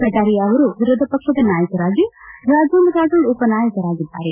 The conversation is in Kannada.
ಕಟಾರಿಯಾ ಅವರು ವಿರೋಧ ಪಕ್ಷದ ನಾಯಕರಾಗಿ ರಾಜೇಂದ್ರ ರಾಥೋಡ್ ಉಪನಾಯಕರಾಗಿದ್ದಾರೆ